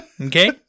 Okay